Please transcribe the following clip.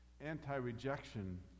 anti-rejection